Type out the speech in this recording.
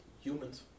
Humans